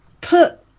put